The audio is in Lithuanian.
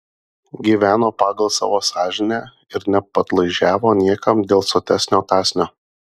gyveno pagal savo sąžinę ir nepadlaižiavo niekam dėl sotesnio kąsnio